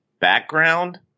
background